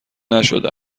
نشده